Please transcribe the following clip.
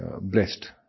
blessed